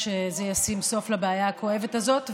להצעת החוק לא הוגשו הסתייגויות.